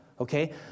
Okay